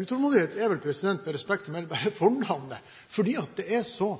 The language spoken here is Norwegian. Utålmodighet er vel, med respekt å melde, bare fornavnet, for det er så